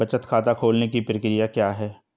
बचत खाता खोलने की प्रक्रिया क्या है?